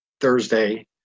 Thursday